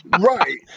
Right